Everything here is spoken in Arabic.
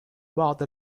بعض